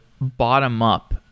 bottom-up